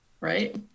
right